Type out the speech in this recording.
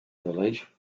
belief